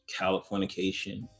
Californication